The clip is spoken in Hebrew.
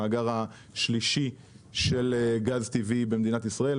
המאגר השלישי של גז טבעי במדינת ישראל.